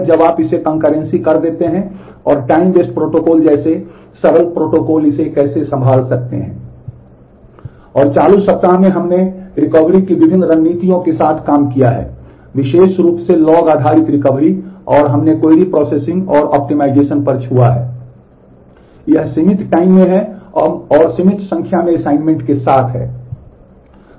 यह सीमित टाइम में है और सीमित संख्या में असाइनमेंट के साथ है